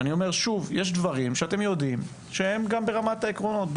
יש דברים שאתם יודעים שהם ברמת העקרונות,